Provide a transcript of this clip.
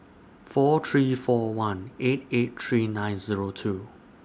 four three four one eight eight three nine Zero two